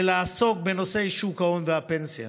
ולעסוק בנושא שוק ההון והפנסיה.